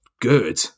good